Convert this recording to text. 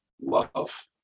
love